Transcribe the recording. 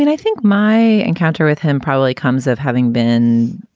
and i think my encounter with him probably comes of having been,